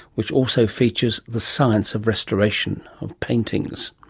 which also features the science of restoration of paintings.